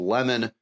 Lemon